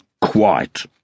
Quite